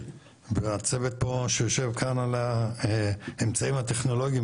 ולצוות פה שיושב כאן על האמצעים הטכנולוגיים,